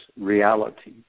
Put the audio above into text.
reality